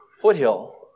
Foothill